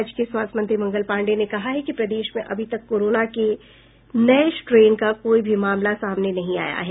राज्य के स्वास्थ्य मंत्री मंगल पांडे ने कहा कि प्रदेश में अभी तक कोरोना के नए स्ट्रेन का कोई भी मामला सामने नहीं आया है